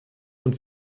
und